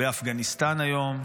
באפגניסטן היום,